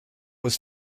was